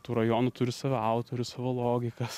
tų rajonų turi savo autorius savo logikas